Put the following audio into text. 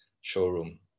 showroom